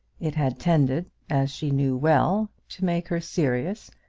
it had tended, as she knew well, to make her serious,